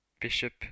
Bishop